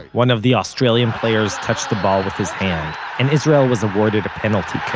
one of the australian players touched the ball with his hand and israel was awarded a penalty kick.